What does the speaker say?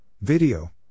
video